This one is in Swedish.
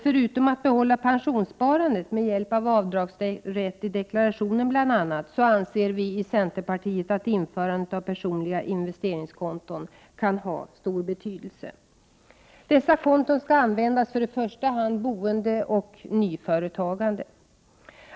Förutom att pensionssparandet behålls med bl.a. hjälp av avdragsrätt i deklarationen, anser vi i centerpartiet att införandet av personliga investeringskonton kan ha stor betydelse. Dessa konton skall användas för i första hand boende och nyföretagande.